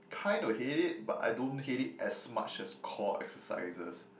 kind of hate it but I don't hate it as much as core exercises